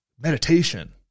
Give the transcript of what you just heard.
meditation